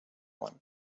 one